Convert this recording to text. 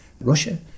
Russia